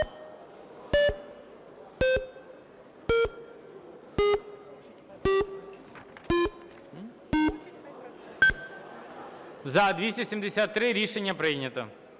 За-253 Рішення прийнято.